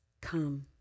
Come